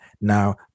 Now